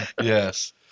Yes